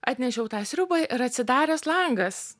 atnešiau tą sriubą ir atsidaręs langas